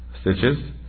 stitches